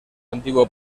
antiguo